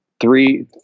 three